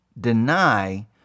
deny